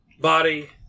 body